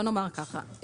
בוא נאמר ככה,